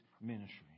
ministry